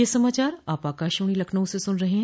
ब्रे क यह समाचार आप आकाशवाणी लखनऊ से सुन रहे हैं